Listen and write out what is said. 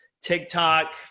TikTok